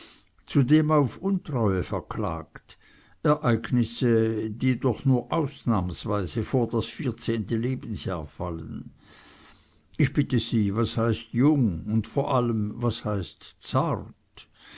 zudem auf untreue verklagt ereignisse die doch nur ausnahmsweise vor das vierzehnte lebensjahr fallen ich bitte sie was heißt jung und vor allem was heißt zart